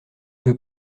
peux